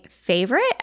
favorite